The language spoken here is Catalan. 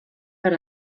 per